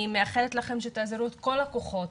אני מאחלת לכם שתאזרו את כל הכוחות